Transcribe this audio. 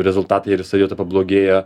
rezultatai ir savijauta pablogėja